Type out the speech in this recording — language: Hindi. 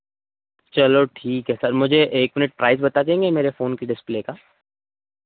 चलो ठीक है मुझे एक मिनट प्राइस बता देंगे मेरे फोन की डिस्प्ले का